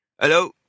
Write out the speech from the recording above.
Hello